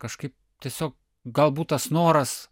kažkaip tiesiog galbūt tas noras